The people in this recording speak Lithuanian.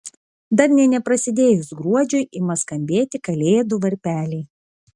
dar nė neprasidėjus gruodžiui ima skambėti kalėdų varpeliai